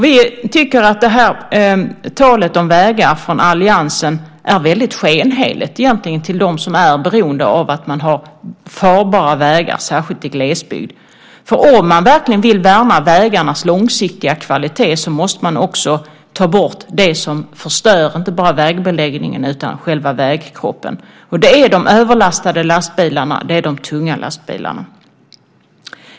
Vi tycker att talet om vägar från alliansen egentligen är skenheligt för dem som är beroende av att ha farbara vägar, särskilt i glesbygd. Om man verkligen vill värna vägarnas långsiktiga kvalitet så måste man också ta bort det som förstör inte bara vägbeläggningen utan själva vägkroppen. Det är de överlastade lastbilarna - de tunga lastbilarna.